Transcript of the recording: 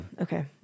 okay